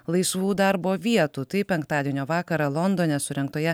laisvų darbo vietų taip penktadienio vakarą londone surengtoje